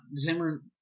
Zimmer